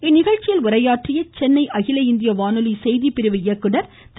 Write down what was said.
இந்நிகழ்ச்சியில் உரையாற்றிய சென்னை அகில இந்திய வானொலி செய்திப்பிரிவு இயக்குநர் திரு